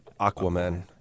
Aquaman